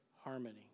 harmony